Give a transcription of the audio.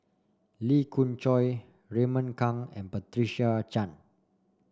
Lee Khoon Choy Raymond Kang and Patricia Chan